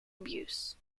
abuse